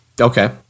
okay